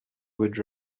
would